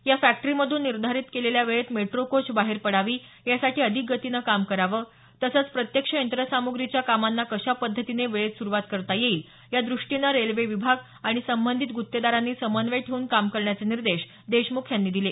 या फॅक्टरीमधून निर्धारित केलेल्या वेळेत मेट्रो कोच बाहेर पडावी यासाठी अधिक गतीनं काम करावं तसंच प्रत्यक्ष यंत्रसामुग्रीच्या कामांना कशा पद्धतीने वेळेत सुरुवात करता येईल या द्रष्टीने रेल्वे विभाग आणि संबंधित गुत्तेदारांनी समन्वय ठेवून काम करण्याचे निर्देश त्यांनी दिले